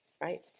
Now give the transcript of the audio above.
right